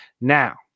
now